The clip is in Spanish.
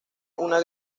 una